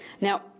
Now